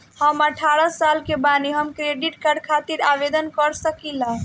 हम अठारह साल के बानी हम क्रेडिट कार्ड खातिर आवेदन कर सकीला?